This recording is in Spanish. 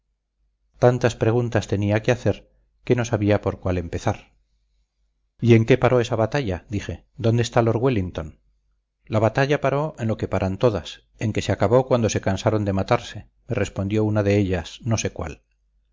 tantas preguntas tenía que hacer que no sabía por cuál empezar y en qué paró esa batalla dije dónde está lord wellington la batalla paró en lo que paran todas en que se acabó cuando se cansaron de matarse me respondió una de ellas no sé cuál